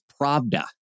Pravda